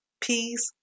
peace